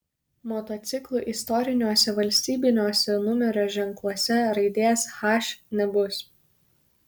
motociklų istoriniuose valstybiniuose numerio ženkluose raidės h nebus